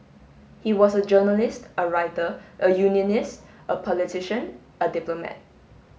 he was a journalist a writer a unionist a politician a diplomat